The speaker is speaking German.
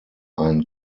ein